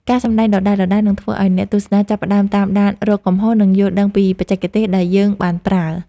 ការសម្តែងដដែលៗនឹងធ្វើឱ្យអ្នកទស្សនាចាប់ផ្តើមតាមដានរកកំហុស និង យល់ដឹងពីបច្ចេកទេសដែលយើងបានប្រើ។